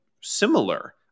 similar